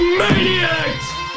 maniacs